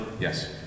Yes